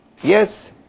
yes